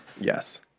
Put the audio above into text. Yes